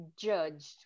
judged